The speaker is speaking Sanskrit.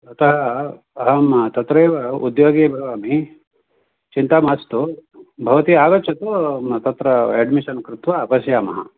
अतः अहं तत्रैव उद्योगी भवामि चिन्ता मास्तु भवती आगच्छतु तत्र अड्मिषन् कृत्वा पश्यामः